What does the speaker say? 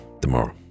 tomorrow